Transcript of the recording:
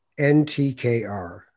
NTKR